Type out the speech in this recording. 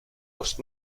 los